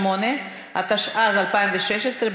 התשע"ז 2016,